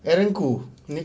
aaron khoo nicholas aaron khoo